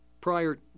prior